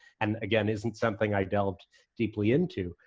and again isn't something i delved deeply into.